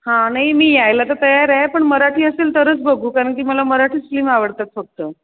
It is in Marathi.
हा नाही मी यायला तर तयार आहे पण मराठी असेल तरच बघू कारण की मला मराठीच फिल्म आवडतात फक्त